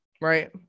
right